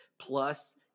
plus